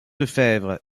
lefèvre